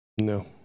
No